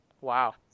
Wow